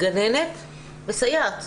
גננת וסייעות,